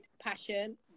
passion